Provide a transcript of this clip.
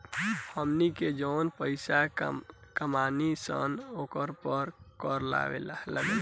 हमनी के जौन पइसा कमानी सन ओकरा पर कर लागेला